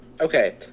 okay